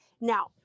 Now